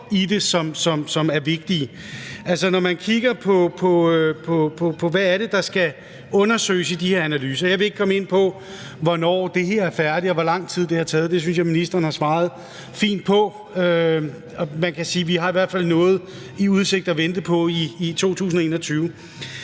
i det, som er vigtige. Altså, når man kigger på, hvad det er, der skal undersøges i de her analyser – og jeg vil ikke komme ind på, hvornår det her er færdigt, og hvor lang tid det har taget; det synes jeg ministeren har svaret fint på – kan man sige, at vi i hvert fald har noget i udsigt, noget at vente på, i 2021.